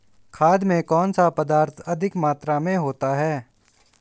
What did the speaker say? खाद में कौन सा पदार्थ अधिक मात्रा में होता है?